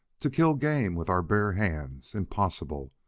to kill game with our bare hands impossible!